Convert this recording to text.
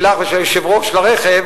שלך ושל היושב-ראש לרכב